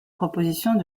propositions